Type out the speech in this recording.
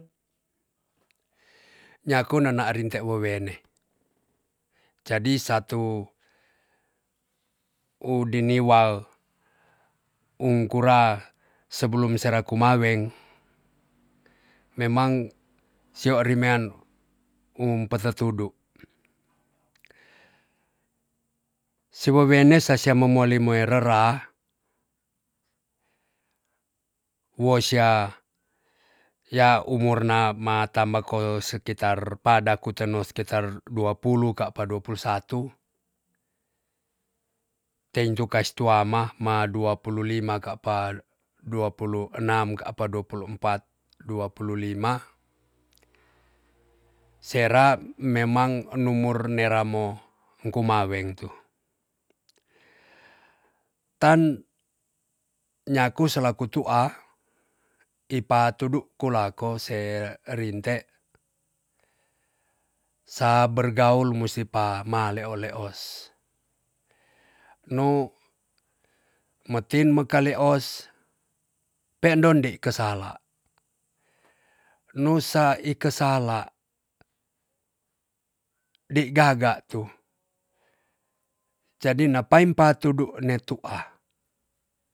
Nyaku nenaa rinte wo wene jadi satu u diniwal ung kura sebelum sera kumaweng memang se warimean um petetudu siwowene sasia momoali moe rera wo sya ya umur na ma tamba ko seketar pada ku tenos sekitar dua pulu kapa dua pulu satu teintu kai si tuama ma dua pulu lima kapa dua pulu enam kapa dua pulu empat dua pulu lima sera memang unumur nera mo ngkumaweng tu tan nyaku selaku tua ipa tudu ku lako serinte sa bergaul musi pa ma leo leos nu metin mekaleos pendon di kesala nusa ikesala di gaga tujadi napa impa tudu ne tua